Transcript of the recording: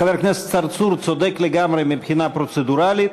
חבר הכנסת צרצור צודק לגמרי מבחינה פרוצדורלית: